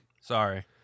Sorry